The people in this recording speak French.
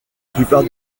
plupart